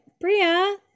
Bria